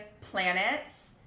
planets